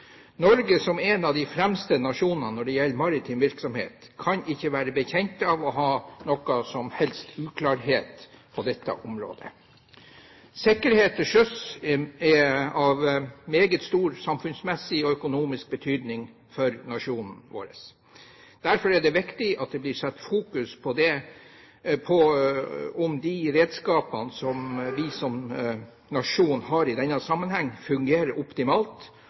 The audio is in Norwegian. Norge som en av de fremste nasjoner når det gjelder maritim virksomhet, kan ikke være bekjent av å ha noen som helst uklarheter på dette området. Sikkerhet til sjøs er av meget stor samfunnsmessig og økonomisk betydning for vår nasjon. Derfor er det viktig at fokus blir rettet mot om de redskapene vi som nasjon har i denne sammenheng, fungerer optimalt